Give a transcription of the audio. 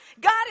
God